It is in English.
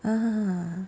ah